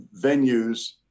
venues